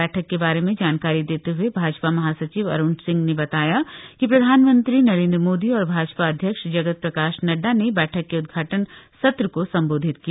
बैठक के बारे में जानकारी देते हुए भाजपा महासचिव अरूण सिंह ने बताया कि प्रधानंत्री नरेन्द्र मोदी और भाजपा अध्यक्ष जगत प्रकाश नड्डा ने बैठक के उदघाटन सत्र को संबोधित किया